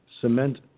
cement